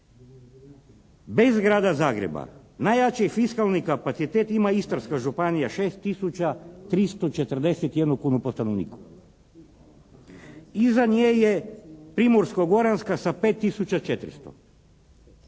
Bez Grada Zagreba najjači fiskalni kapacitet ima Istarska županija, 6 tisuća 341 kunu po stanovniku. Iza nje je Primorsko-goranska sa 5